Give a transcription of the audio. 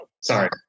Sorry